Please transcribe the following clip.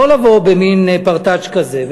לא לבוא במין פרטאץ' כזה,